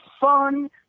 fun